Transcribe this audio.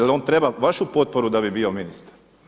Jel' on treba vašu potporu da bi bio ministar?